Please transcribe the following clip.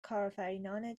کارآفرینان